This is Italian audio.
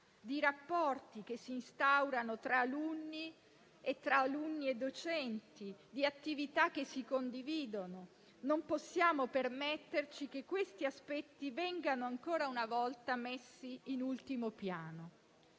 di rapporti che si instaurano tra alunni e tra alunni e docenti, di attività che si condividono. Non possiamo permetterci che questi aspetti vengano ancora una volta messi in ultimo piano.